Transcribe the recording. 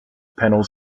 panels